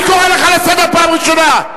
אני קורא אותך לסדר פעם ראשונה.